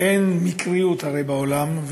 הרי אין מקריות בעולם.